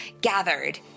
gathered